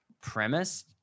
premise